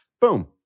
Boom